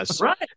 right